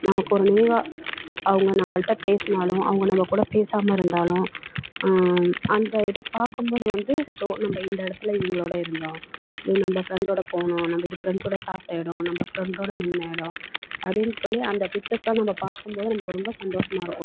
நமக்கு ஒரு நினைவாக அவங்க நம்மள்ட்ட பேசினாலும் அவங்க நம்மக் கூட பேசாமல் இருந்தாலும் அந்த இதை பார்க்கும்போது வந்து ஸோ நம்ம இந்த இடத்துல இவர்களோட இருந்தோம் இது நம்ம ஃப்ரெண்டோடு போனோம் நம்ம இது ஃப்ரெண்டோடு சாப்பிட்ட இடம் நம்ம ஃப்ரெண்டோடு நின்ற இடம் அப்படின்னு சொல்லி அந்த பிச்சர்ஸ்ஸெலாம் நம்ம பார்க்கும்போது நமக்கு ரொம்ப சந்தோஷமா இருக்கும்